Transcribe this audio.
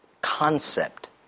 concept